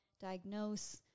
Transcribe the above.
diagnose